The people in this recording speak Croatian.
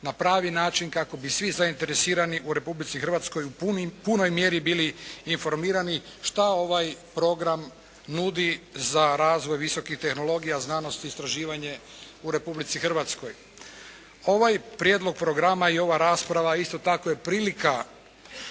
na pravi način kako bi svi zainteresirani u Republici Hrvatskoj u punoj mjeri bili informirani šta ovaj program nudi za razvoj visokih tehnologija znanosti, istraživanje u Republici Hrvatskoj. Ovaj Prijedlog programa i ova rasprava isto tako je prilika